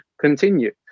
continue